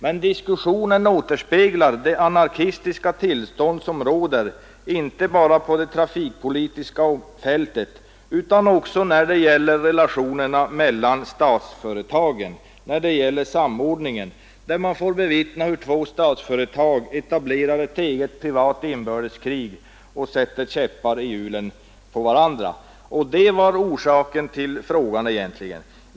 Men diskussionen återspeglar det anarkistiska tillstånd som råder inte bara på det trafikpolitiska fältet utan också när det gäller relationerna och samordningen mellan statsföretagen. Man får ju bevittna hur två statsföretag etablerar ett privat inbördeskrig och sätter käppar i hjulen för varandra. Och det var orsaken till min fråga.